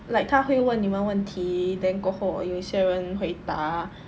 like 他会问你们问题 then 过后有些人回答